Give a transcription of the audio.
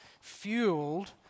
fueled